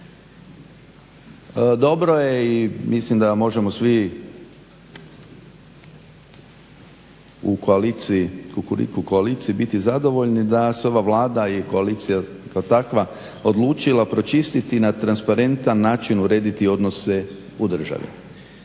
Dobro je i mislim da možemo svi u kukuriku koaliciji biti zadovoljni da se ova Vlada i koalicija kao takva odlučila pročistiti i na transparentan način urediti odnose u državi.